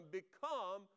become